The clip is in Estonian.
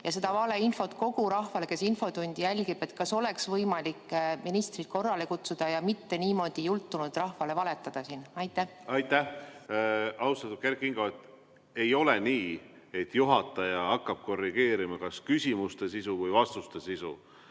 infot, valeinfot kogu rahvale, kes infotundi jälgib. Kas oleks võimalik ministrit korrale kutsuda ja mitte niimoodi jultunult rahvale valetada siin? Aitäh, austatud Kert Kingo! Ei ole nii, et juhataja hakkab korrigeerima kas küsimuste sisu või vastuste sisu.